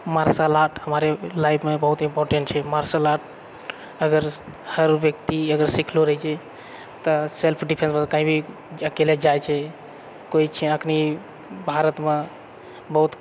martial art हमारे लाइफमे बहुत ईम्पोर्टेन्ट छै मार्शल आर्ट अगर हर व्यक्ति अगर सिखलो रहै छै तऽ सेल्फ डिफेन्समे कहीभी अकेले जाइ छै कोइ चीज अखनी भारतमे बहुत